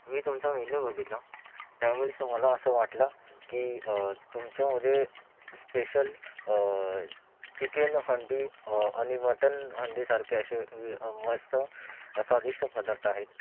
मी तुमचा मेनू बघितला त्या वेळेस मला असं वाटलं की तुमच्यामध्ये स्पेशल चिकेन हंडी आणि मटन हंडीसारखे असे वे मस्त स्वादिष्ट पदार्थ आहेत